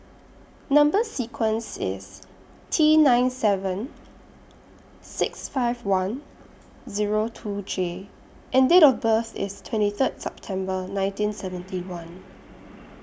Number sequence IS T nine seven six five one Zero two J and Date of birth IS twenty Third September nineteen seventy one